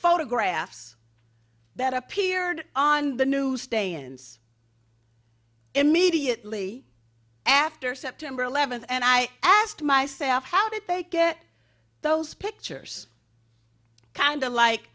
photographs that appeared on the new stains immediately after september eleventh and i asked myself how did they get those pictures kind of like